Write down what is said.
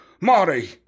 Marty